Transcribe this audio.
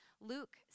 Luke